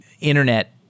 internet